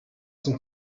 zum